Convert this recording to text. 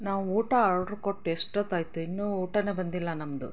ನಾವು ಊಟ ಆರ್ಡ್ರು ಕೊಟ್ಟು ಎಷ್ಟೊತ್ತಾಯಿತು ಇನ್ನೂ ಊಟನೇ ಬಂದಿಲ್ಲ ನಮ್ಮದು